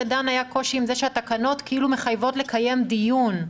לדן אורן היה קושי עם זה שהתקנות כאילו מחייבות לקיים דיון.